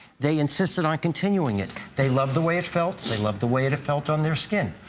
they insisted on continuing it. they love the way it felt, they love the way it it felt on their skin.